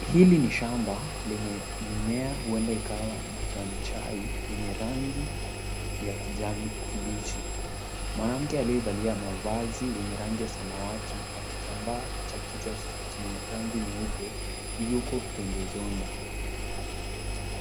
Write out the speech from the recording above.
Hili ni shamba lenye mimea huenda ikawa majani chai yenye rangi ya kijani kibichi. Mwanamke aliyevalia mavazi yenye rangi ya samawati na kitambaa cha kichwa chenye rangi nyeupe yuko pembezoni.